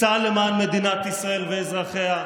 נפצע למען מדינת ישראל ואזרחיה.